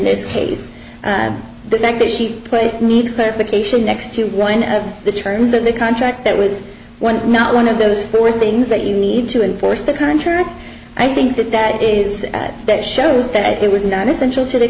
this case the fact that she put it needs clarification next to one of the terms of the contract that was one not one of those were things that you need to enforce the contract i think that that is that shows that it was not essential to the